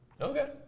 Okay